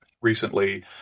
recently